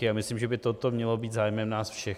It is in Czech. A myslím, že by toto mělo být zájmem nás všech.